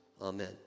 Amen